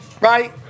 right